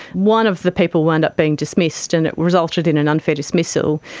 one of the people wound up being dismissed and it resulted in an unfair dismissal.